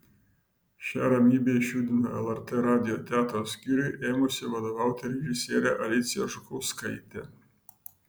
šią ramybę išjudino lrt radijo teatro skyriui ėmusi vadovauti režisierė alicija žukauskaitė